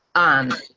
um,